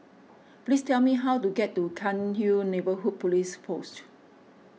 please tell me how to get to Cairnhill Neighbourhood Police Post